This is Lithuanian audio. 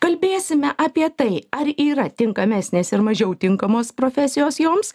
kalbėsime apie tai ar yra tinkamesnės ir mažiau tinkamos profesijos joms